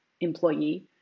employee